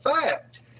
fact